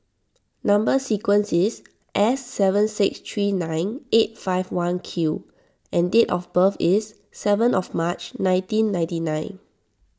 Number Sequence is S seven six three nine eight five one Q and date of birth is seven of March nineteen ninety nine